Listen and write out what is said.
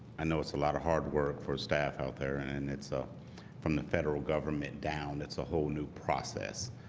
i know it's a lot of hard work for staff out there and and it's a from the federal government down. that's a whole new process